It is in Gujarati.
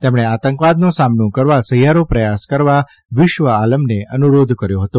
તેમણે આતંકવાદનો સામનો કરવા સહિયારો પ્રયાસ કરવા વિશ્વઆલમને અનુરોધ કર્યો હતો